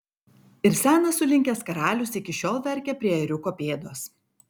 ir senas sulinkęs karalius iki šiol verkia prie ėriuko pėdos